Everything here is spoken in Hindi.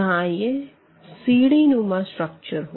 यहाँ यह सीढ़ीनुमा स्ट्रक्चर हो